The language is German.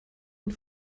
und